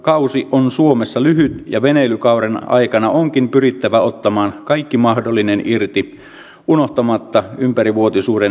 vesistömatkailukausi on suomessa lyhyt ja veneilykauden aikana onkin pyrittävä ottamaan kaikki mahdollinen irti unohtamatta ympärivuotisuuden kehittämistä